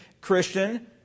Christian